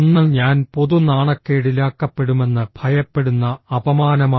ഒന്ന് ഞാൻ പൊതു നാണക്കേടിലാക്കപ്പെടുമെന്ന് ഭയപ്പെടുന്ന അപമാനമാണ്